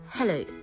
Hello